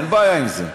אין בעיה עם זה.